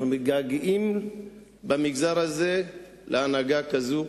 אנחנו מתגעגעים במגזר הזה להנהגה כזו,